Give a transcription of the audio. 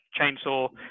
Chainsaw